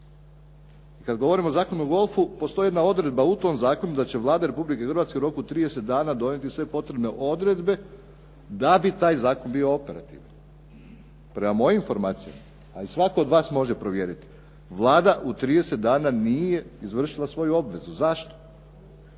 Kad govorimo o Zakonu o golfu postoji jedna odredba u tom zakonu da će Vlada Republike Hrvatske u roku od 30 dana donijeti sve potrebne odredbe da bi taj zakon bio operativan. Prema mojim informacijama a i svatko od vas može provjeriti. Vlada u 30 dana nije izvršila svoju obvezu. Zašto?